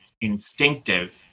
instinctive